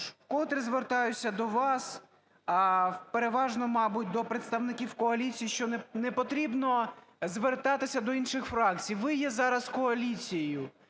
вкотре звертаюся до вас, а переважно, мабуть, до представників коаліції, що не потрібно звертатися до інших фракцій. Ви є зараз коаліцією.